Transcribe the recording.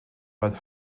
but